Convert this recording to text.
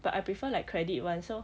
but I prefer like credit [one] so